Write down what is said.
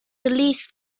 released